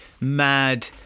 Mad